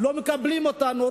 לא מקבלים אותנו.